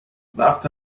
وقت